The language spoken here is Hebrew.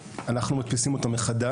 עוברים אצלנו עריכה והדפסה מחדש.